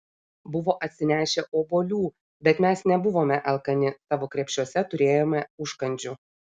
buvo atsinešę obuolių bet mes nebuvome alkani savo krepšiuose turėjome užkandžių